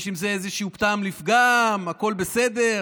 יש עם זה איזשהו טעם לפגם, הכול בסדר?